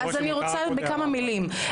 רוצה בכמה מילים.